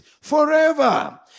forever